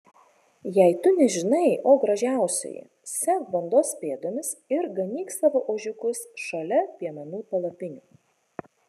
jei tu nežinai o gražiausioji sek bandos pėdomis ir ganyk savo ožiukus šalia piemenų palapinių